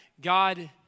God